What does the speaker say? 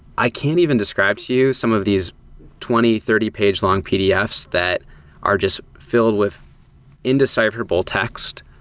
i can't even describe to you some of these twenty, thirty page long pdfs that are just filled with indecipherable text.